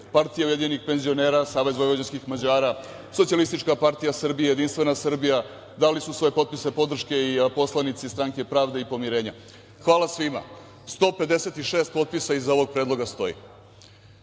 Partija ujedinjenih penzionera, Savez vojvođanskih Mađara, Socijalistička partija Srbije, Jedinstvena Srbija, dali su svoje potpise podrške i poslanici Stranke pravde i pomirenja. Hvala svima 156 potpisa iza ovog predloga stoji.